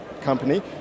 Company